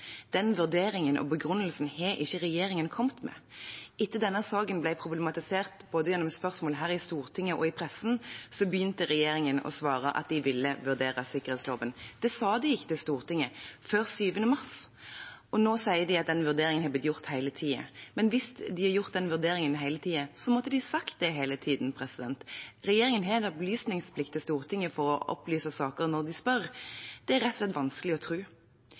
Den vurderingen og begrunnelsen har ikke regjeringen kommet med. Etter at denne saken ble problematisert både gjennom spørsmål her i Stortinget og i pressen, begynte regjeringen å svare at de ville vurdere sikkerhetsloven. Det sa de ikke til Stortinget før 7. mars, og nå sier de at den vurderingen har blitt gjort hele tiden. Men hvis de har gjort den vurderingen hele tiden, måtte de sagt det hele tiden. Regjeringen har en opplysningsplikt overfor Stortinget for å opplyse saker når en spør. Det er rett og slett vanskelig å